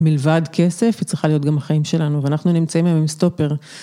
מלבד כסף, היא צריכה להיות גם החיים שלנו ואנחנו נמצאים עם סטופר.